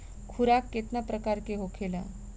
खुराक केतना प्रकार के होखेला?